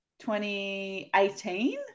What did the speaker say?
2018